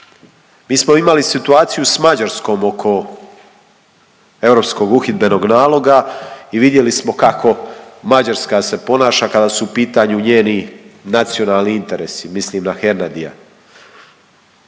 Mi smo imali situaciju s Mađarskom oko europskog uhidbenog naloga i vidjeli smo kako Mađarska se ponaša kada su u pitanju njeni nacionalni interesi. Mislim na Hernardya.